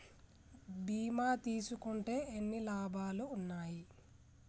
బీమా తీసుకుంటే ఎన్ని లాభాలు ఉన్నాయి?